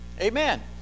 Amen